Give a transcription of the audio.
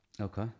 Okay